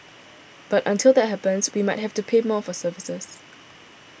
but until that happens we might have to pay more for services